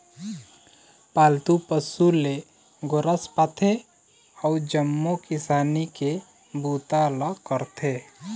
पालतू पशु ले गोरस पाथे अउ जम्मो किसानी के बूता ल करथे